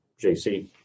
JC